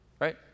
Right